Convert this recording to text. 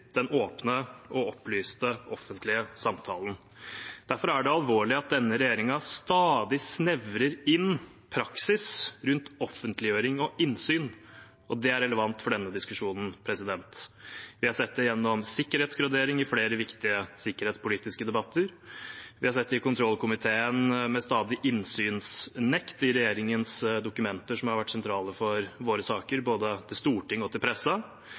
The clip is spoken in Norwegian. den åpne og opplyste offentlige samtalen. Derfor er det alvorlig at denne regjeringen stadig snevrer inn praksisen rundt offentliggjøring og innsyn, og det er relevant for denne diskusjonen. Vi har sett det gjennom sikkerhetsgradering i flere viktige sikkerhetspolitiske debatter. Vi har sett det i kontrollkomiteen med stadig innsynsnekt i regjeringens dokumenter som har vært sentrale for våre saker, for både Stortinget og